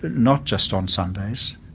but not just on sundays,